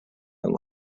and